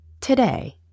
today